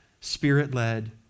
Spirit-led